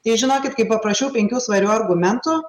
tai žinokit kai paprašiau penkių svarių argumentų